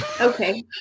okay